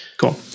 Cool